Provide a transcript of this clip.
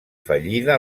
fallida